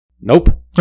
Nope